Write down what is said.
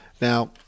Now